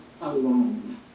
alone